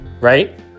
right